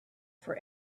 for